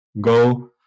go